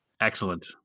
Excellent